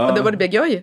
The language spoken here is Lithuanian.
dabar bėgioji